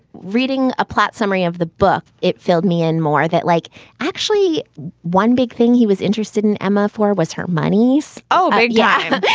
reading a plot summary of the book it filled me and more that like actually one big thing he was interested in emma for was her. my niece. oh yeah.